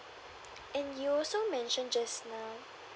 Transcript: and you also mention just now